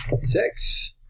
Six